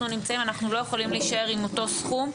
נמצאים אנחנו לא יכולים להישאר עם אותו סכום,